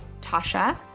Tasha